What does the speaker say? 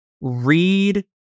read